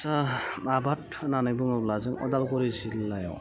साहा आबाद होन्नानै बुङोब्ला जों अदालगुरि जिल्लायाव